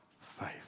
faith